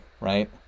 right